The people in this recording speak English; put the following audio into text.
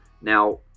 Now